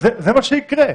זה מה שיקרה.